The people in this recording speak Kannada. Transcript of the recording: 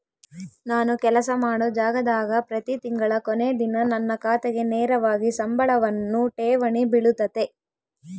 ನಾನು ಕೆಲಸ ಮಾಡೊ ಜಾಗದಾಗ ಪ್ರತಿ ತಿಂಗಳ ಕೊನೆ ದಿನ ನನ್ನ ಖಾತೆಗೆ ನೇರವಾಗಿ ಸಂಬಳವನ್ನು ಠೇವಣಿ ಬಿಳುತತೆ